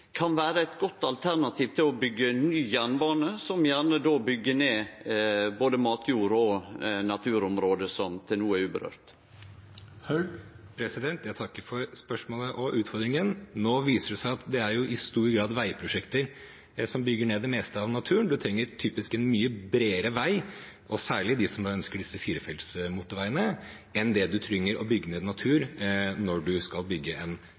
kan vere eit godt alternativ til å byggje ny jernbane, som gjerne òg byggjer ned både matjord og naturområde som til no er urørte? Jeg takker for spørsmålet og utfordringen. Nå viser det seg at det jo i stor grad er veiprosjekter som bygger ned det meste av naturen. Man trenger typisk en mye bredere vei – særlig for dem som ønsker disse firefeltsmotorveiene – enn det man tilsvarende trenger å bygge ned av natur når man skal bygge en